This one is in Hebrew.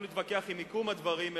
לא להתווכח עם מיקום הדברים,